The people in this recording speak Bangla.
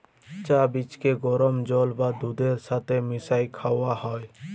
চাঁ বীজকে গরম জল বা দুহুদের ছাথে মিশাঁয় খাউয়া হ্যয়